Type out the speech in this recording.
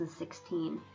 2016